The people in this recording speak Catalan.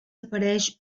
apareix